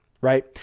right